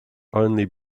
only